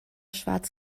schwarz